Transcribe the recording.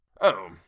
Oh